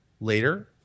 later